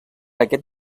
aquest